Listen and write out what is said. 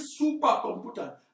supercomputer